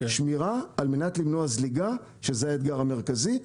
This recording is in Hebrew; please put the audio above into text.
שמירה על מנת למנוע זליגה שזה האתגר המרכזי.